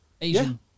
Asian